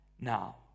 now